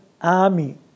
army